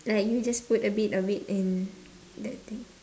like you just put a bit of it in that thing